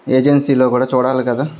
ఏజెన్సీలో కూడా చూడాలి కదా